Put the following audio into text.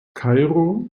kairo